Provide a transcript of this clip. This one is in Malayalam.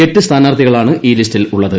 എട്ട് സ്ഥാനാർത്ഥികളാണ് ഈ ലിസ്റ്റിലുള്ളത്